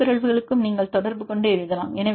எல்லா பிறழ்வுகளுக்கும் நீங்கள் தொடர்பு கொண்டு எழுதலாம்